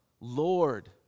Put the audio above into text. Lord